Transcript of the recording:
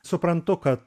suprantu kad